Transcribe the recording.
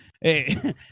hey